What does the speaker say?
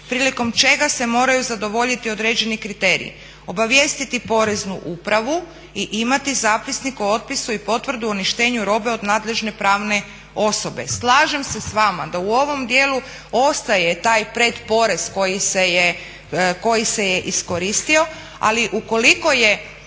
prilikom čega se moraju zadovoljiti određeni kriteriji. Obavijestiti poreznu upravu i imati zapisnik o otpisu i potvrdu o uništenju robe od nadležne pravne osobe. Slažem se s vama da u ovom dijelu ostaje taj pred porez koji se je, koji se je iskoristio. Ali ukoliko je,